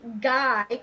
guy